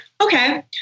okay